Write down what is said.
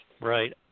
Right